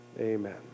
amen